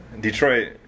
Detroit